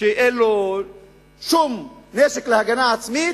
שאין לו שום נשק להגנה עצמית,